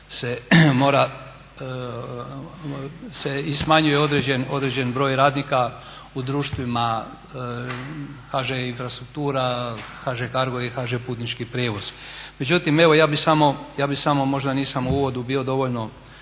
se i smanjuje određen broj radnika u društvima HŽ Infrastruktura, HŽ Cargo i HŽ Putnički prijevoz. Međutim, evo ja bih samo možda nisam u uvodu bio dovoljno,